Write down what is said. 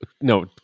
No